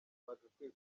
bagakwiye